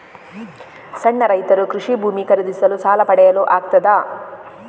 ಸಣ್ಣ ರೈತರು ಕೃಷಿ ಭೂಮಿ ಖರೀದಿಸಲು ಸಾಲ ಪಡೆಯಲು ಆಗ್ತದ?